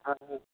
हँ